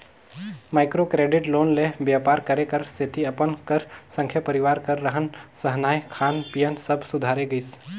micro credit loan ले बेपार करे कर सेती अपन कर संघे परिवार कर रहन सहनए खान पीयन सब सुधारे गइस